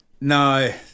No